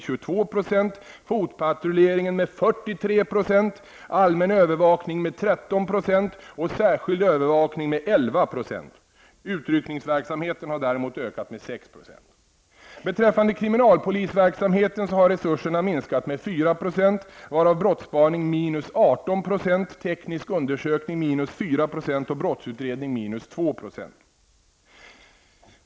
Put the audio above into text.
Utryckningsverksamheten har däremot ökat med Beträffande kriminalpolisverksamheten har resurserna minskat med 4 %, varav brottsspaning drabbats av minus 18 %, teknisk undersökning minus 4 % och brottsutredning minus 2 %.